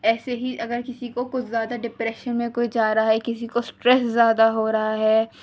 ایسے ہی اگر کسی کو کچھ زیادہ ڈپریشن میں کوئی جا رہا ہے کسی کو اسٹریس زیادہ ہو رہا ہے